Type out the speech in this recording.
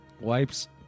Wipes